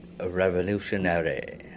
revolutionary